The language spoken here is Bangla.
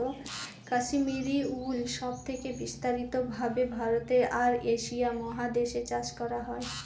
কাশ্মিরী উল সব থেকে বিস্তারিত ভাবে ভারতে আর এশিয়া মহাদেশে চাষ করা হয়